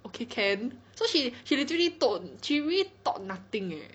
okay can so she she literally told she really taught nothing eh